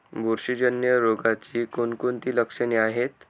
बुरशीजन्य रोगाची कोणकोणती लक्षणे आहेत?